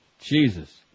Jesus